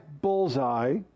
bullseye